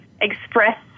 express